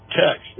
text